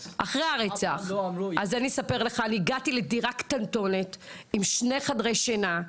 אז אני אספר לך שאני הגעתי לדירה קטנטונת עם שני חדרי שינה.